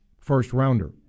first-rounder